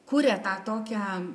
kuria tą tokią